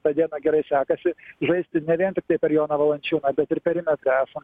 tą dieną gerai sekasi žaisti ne vien tiktai per joną valančiūną bet ir perimetre esam